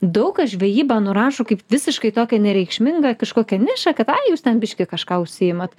daug kas žvejybą nurašo kaip visiškai tokią nereikšmingą kažkokią nišą kad ai jūs ten biškį kažką užsiimat